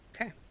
Okay